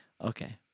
Okay